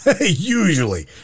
usually